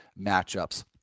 matchups